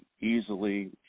easily